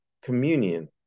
communion